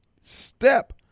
step